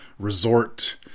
resort